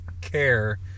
care